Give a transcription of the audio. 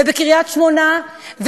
ובקריית-שמונה,